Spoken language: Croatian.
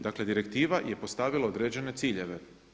Dakle, direktiva je postavila određene ciljeve.